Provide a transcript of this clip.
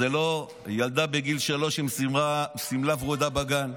הרמטכ"ל זה לא ילדה בגיל שלוש עם שמלה ורודה בגן,